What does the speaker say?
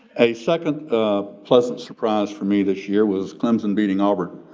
a second pleasant surprise for me this year was clemson beating auburn.